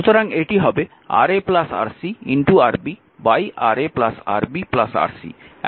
সুতরাং এটি হবে Ra Rc Rb Ra Rb Rc